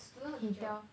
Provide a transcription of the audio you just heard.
student or teacher